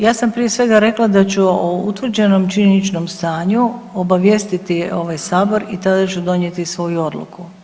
Ja sam prije svega rekla da ću o utvrđenom činjeničnom stanju obavijestiti ovaj sabor i tada ću donijeti svoju odluku.